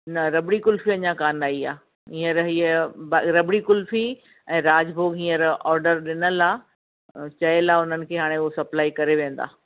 न रबड़ी कुल्फ़ी अञा कोन्ह आई आहे हीअंर हीअ ब रबड़ी कुल्फ़ी ऐं राजभोग हीअंर ऑडर ॾिनल आहे चयल आहे उन्हनि खे हाणे पोइ सप्लाई करे वेंदा